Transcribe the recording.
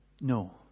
no